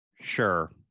Sure